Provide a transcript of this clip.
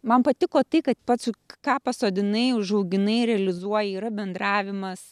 man patiko tai kad pats ką pasodinai užauginai realizuoji yra bendravimas